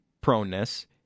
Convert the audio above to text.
proneness